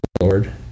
Lord